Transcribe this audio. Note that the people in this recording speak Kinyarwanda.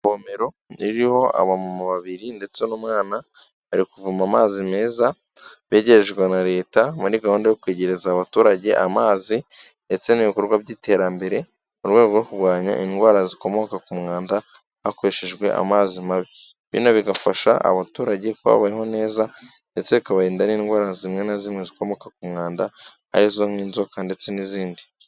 Ivomero ririho abamama babiri ndetse n'umwana, bari kuvoma amazi meza begerejwe na Leta muri gahunda yo kwegereza abaturage amazi ndetse n'ibikorwa by'iterambere, mu rwego rwo kurwanya indwara zikomoka ku mwanda hakoreshejwe amazi mabi. Bino bigafasha abaturage kuba babayeho neza ndetse bikabarinda n'indwara zimwe na zimwe zikomoka ku mwanda arizo nk'inzoka ndetse n'izindi.